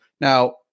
Now